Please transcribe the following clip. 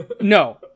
No